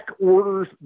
orders